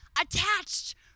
attached